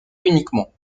uniquement